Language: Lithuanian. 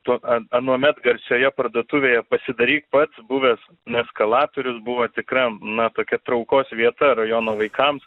tuo anuomet garsioje parduotuvėje pasidaryk pats buvęs eskalatorius buvo tikra na tokia traukos vieta rajono vaikams